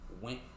went